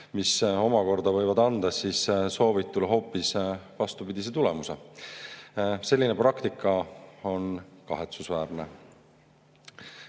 mis võivad anda soovitule hoopis vastupidise tulemuse. Selline praktika on kahetsusväärne.